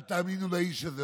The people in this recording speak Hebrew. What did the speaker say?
אל תאמינו לאיש הזה.